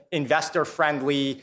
investor-friendly